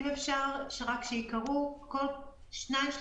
סעיף 2(א);כל תנאי שהופר (1א) מעביר,